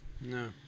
No